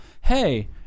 hey